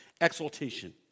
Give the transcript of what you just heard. exaltation